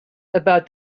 about